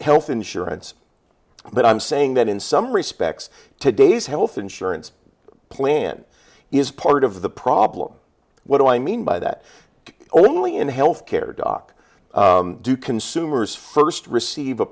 health insurance but i'm saying that in some respects today's health insurance plan is part of the problem what do i mean by that only in health care doc do consumers first receive a